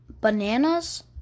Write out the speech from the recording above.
bananas